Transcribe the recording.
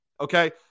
okay